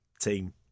team